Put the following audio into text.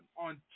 On